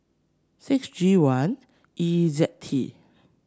six G one E Z T